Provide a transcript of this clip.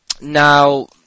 Now